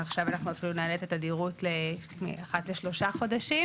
ועכשיו אפילו נעלה את התדירות לאחת לשלושה חודשים,